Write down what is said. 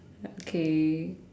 okay